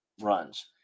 runs